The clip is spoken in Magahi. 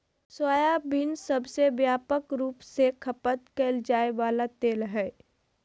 सोयाबीन सबसे व्यापक रूप से खपत कइल जा वला तेल हइ